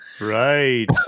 Right